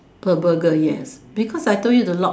per Burger yes because I told you the lock